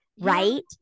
right